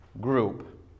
group